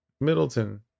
Middleton